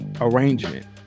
arrangement